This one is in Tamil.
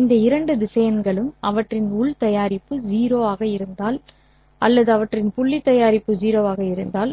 இந்த இரண்டு திசையன்களும் அவற்றின் உள் தயாரிப்பு 0 ஆக இருந்தால் அல்லது அவற்றின் புள்ளி தயாரிப்பு 0 ஆக இருந்தால்